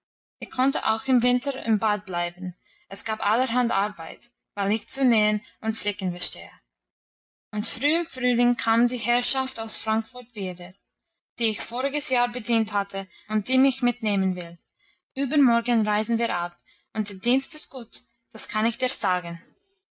ich konnte auch im winter im bad bleiben es gab allerhand arbeit weil ich zu nähen und flicken verstehe und früh im frühling kam die herrschaft aus frankfurt wieder die ich voriges jahr bedient hatte und die mich mitnehmen will übermorgen reisen wir ab und der dienst ist gut das kann ich dir sagen